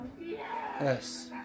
Yes